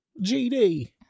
GD